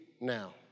now